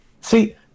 See